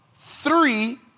three